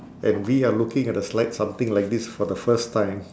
and we are looking at the slide something like this for the first time